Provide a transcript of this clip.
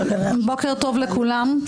בוקר טוב לכולם,